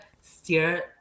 steer